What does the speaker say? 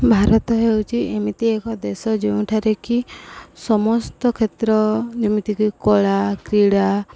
ଭାରତ ହେଉଛି ଏମିତି ଏକ ଦେଶ ଯେଉଁଠାରେ କି ସମସ୍ତ କ୍ଷେତ୍ର ଯେମିତିକି କଳା କ୍ରୀଡ଼ା